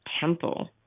temple